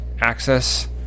access